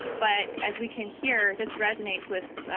but as we can hear this resonates with